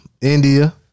India